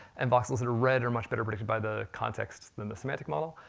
and voxels that are red are much better predicted by the context, than the semantic model.